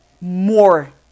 more